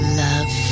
love